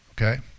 okay